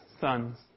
sons